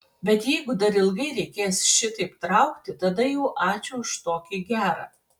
bet jeigu dar ilgai reikės šitaip traukti tada jau ačiū už tokį gerą